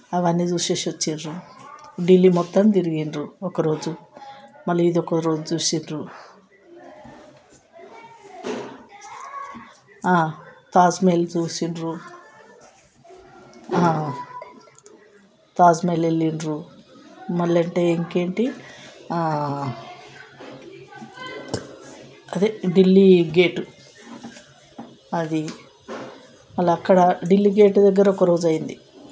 అవన్నీ చూసేసి వచ్చారు ఢిల్లీ మొత్తం తిరిగారు ఒకరోజు మళ్ళీ ఇది ఒక రోజు చూసారు తాజ్మహల్ చూసారు తాజ్ వెళ్ళారు మళ్ళీ అంటే ఇంకా ఏంటి అదే ఢిల్లీ గేట్ అది అలా అక్కడ ఢిల్లీ గేట్ దగ్గర ఒకరోజు అయింది